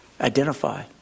identify